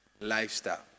lifestyle